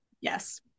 yes